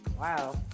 Wow